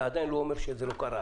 זה עדיין לא אומר שזה לא קרה.